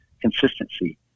consistency